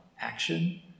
action